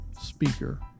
speaker